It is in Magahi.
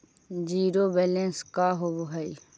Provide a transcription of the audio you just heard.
जिरो बैलेंस का होव हइ?